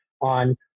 on